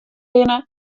binne